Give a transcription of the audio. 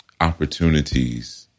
opportunities